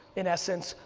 in essence,